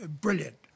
brilliant